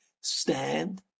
stand